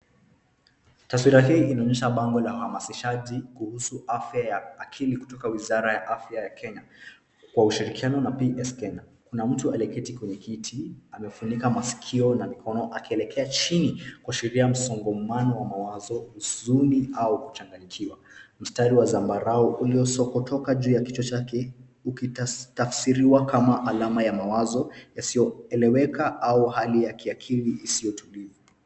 Taswira hii inaonyesha bango la uhamasishaji kuhusu afya ya akili kutoka wizara ya afya ya Kenya, kwa ushirikiano na PS Kenya. Kuna mtu aliyeketi kwenye kiti. Amefunika masikio na mikono akielekea chini kuashiria msongamano wa mawazo, huzuni au kuchanganyikiwa. Mstari wa zambarau ulisokotoka juu ya kichwa chake, ukitafsiriwa kama alama ya mawazo yasiyoeleweka au hali ya kiakili isiyotulivu.